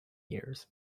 years